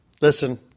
Listen